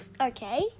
Okay